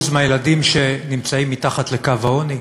מהילדים שנמצאים מתחת לקו העוני,